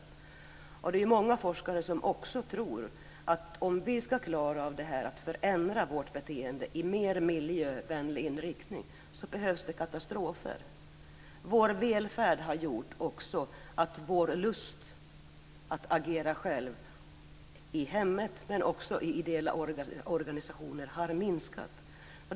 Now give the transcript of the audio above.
Många forskare tror att det, för att vi ska klara av att ändra vårt beteende i en mer miljövänlig riktning, behövs katastrofer. Vår välfärd har också gjort att vår lust att själva agera, i hemmet och i ideella organisationer, har minskat.